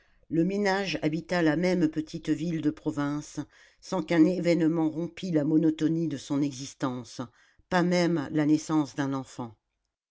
le ménage habita la même petite ville de province sans qu'un événement rompît la monotonie de son existence pas même la naissance d'un enfant